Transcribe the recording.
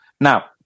Now